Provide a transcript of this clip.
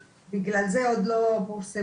בגלל זה עוד לא פורסמו,